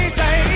say